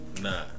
nah